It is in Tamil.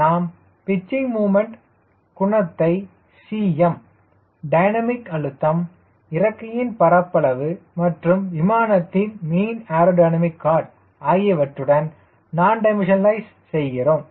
நாம் பிச்சிங் முமண்ட் குணகத்தை Cm டைனமிக் அழுத்தம் இறக்கையின் பரப்பளவு மற்றும் விமானத்தின் மீன் ஏரோடைனமிக் கார்டு ஆகியவற்றுடன் நான் டைம்மெஷினைலஸ் செய்கிறோம்